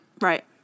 Right